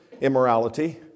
immorality